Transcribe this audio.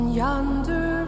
yonder